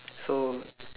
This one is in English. so